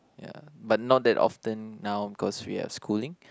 ya but that often now because we are schooling